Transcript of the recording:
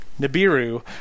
Nibiru